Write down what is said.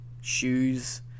shoes